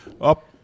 Up